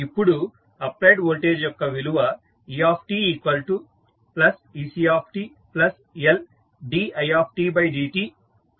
ఇప్పుడు applied voltage యొక్క విలువ etectLditdtRitఅవుతుంది